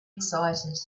excited